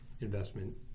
investment